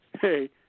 hey